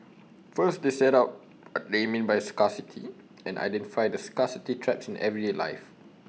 first they set out they mean by scarcity and identify the scarcity traps in everyday life